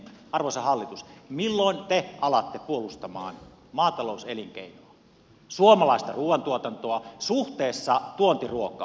arvoisa hallitus milloin te alatte puolustamaan maatalouselinkeinoa suomalaista ruuantuotantoa suhteessa tuontiruokaan